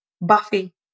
Buffy